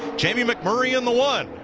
jamie mcmaury and the one.